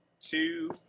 two